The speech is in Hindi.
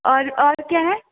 और और क्या है